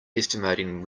estimating